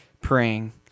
praying